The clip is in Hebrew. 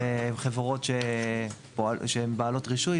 הן חברות בעלות רישוי,